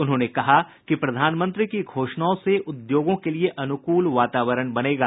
उन्होंने कहा कि प्रधानमंत्री की घोषणाओं से उद्योगों के लिए अनुकूल वातावरण बनेगा